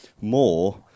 more